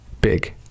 big